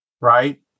right